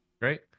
Great